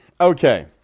okay